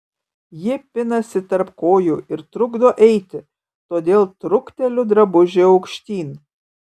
ji pinasi tarp kojų ir trukdo eiti todėl trukteliu drabužį aukštyn